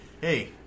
hey